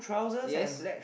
yes